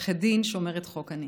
עורכת דין שומרת חוק אני.